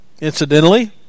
incidentally